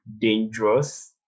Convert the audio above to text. dangerous